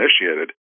initiated